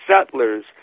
settlers